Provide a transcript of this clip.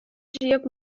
җыеп